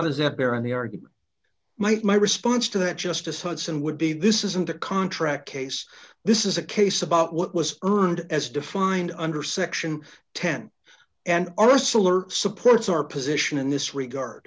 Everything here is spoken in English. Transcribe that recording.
does that bear on the argument might my response to that justice hudson would be this is in the contract case this is a case about what was earned as defined under section ten and arcelor supports our position in this regard